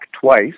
twice